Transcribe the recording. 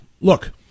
look